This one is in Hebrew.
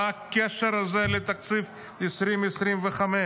מה הקשר של זה לתקציב 2025?